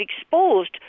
exposed